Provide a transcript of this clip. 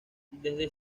desde